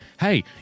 hey